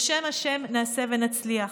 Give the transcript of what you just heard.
בשם השם נעשה ונצליח.